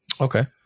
Okay